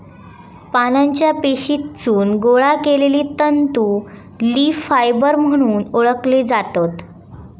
पानांच्या पेशीतसून गोळा केलले तंतू लीफ फायबर म्हणून ओळखले जातत